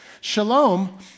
Shalom